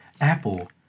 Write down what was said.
Apple